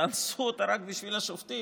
תאנסו אותה רק בשביל השופטים.